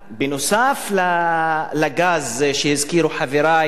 בנוסף לגז, שהזכירו חברי.